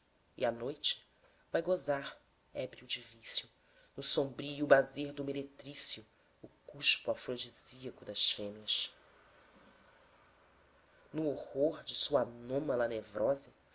e à noite vai gozar ébrio de vício no sombrio bazer domeretrício o cuspo afrodisíaco das fêmeas no horror de sua anômala nevrose